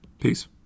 Peace